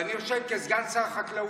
ואני יושב כסגן שר חקלאות,